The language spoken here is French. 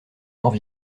morts